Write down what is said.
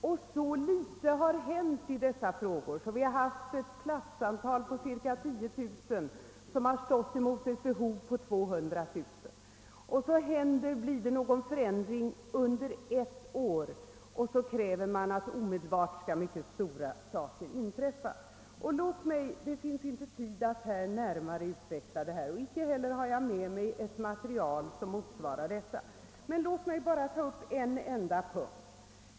Och så litet har hänt i dessa frågor, att vi under många år haft ett platsantal på cirka 10 000 som bör jämföras med ett behov av cirka 200000. Sedan blir det en politisk förändring ett år, och genast kräver man att omedelbart mycket genomgripande åtgärder skall vidtas. Det finns inte tid för mig att här närmare utveckla detta och inte heller har jag med mig det material som behövs för den saken, men låt mig bara ta upp en enda punkt.